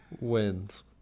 wins